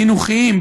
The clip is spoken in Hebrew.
חינוכיים,